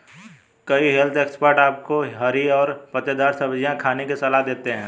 कई health expert आपको हरी और पत्तेदार सब्जियां खाने की सलाह देते हैं